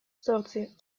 zortzi